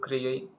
गोख्रैयै